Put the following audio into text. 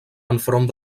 enfront